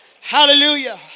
Hallelujah